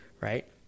right